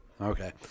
Okay